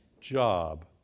job